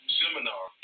seminar